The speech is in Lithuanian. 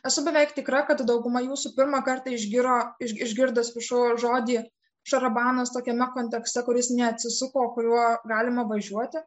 esu beveik tikra kad dauguma jūsų pirmą kartą ižgiro išgirdo atsiprašau žodį šarabanas tokiame kontekste kuris neatsisuka kuriuo galima važiuoti